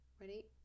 Ready